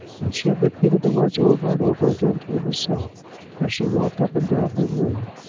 and she had repeated the words over and over again to herself as she walked up and down her room.